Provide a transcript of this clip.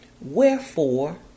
Wherefore